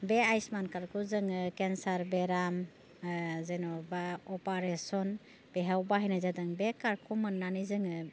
बे आयुष्मान कार्टखौ जोङो केनसार बेराम जेन'बा अपारेशन बेहाय बाहायनाय जादों बे कार्टखौ मोननानै जोङो